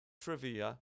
trivia